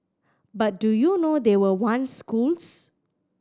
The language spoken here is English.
but do you know they were once schools